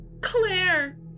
claire